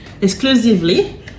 Exclusively